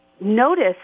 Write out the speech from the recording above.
notice